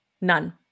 None